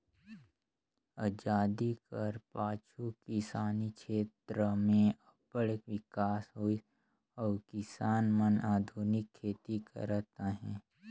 अजादी कर पाछू किसानी छेत्र में अब्बड़ बिकास होइस अउ किसान मन आधुनिक खेती करत अहें